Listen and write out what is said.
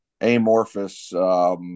amorphous